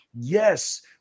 yes